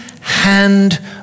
hand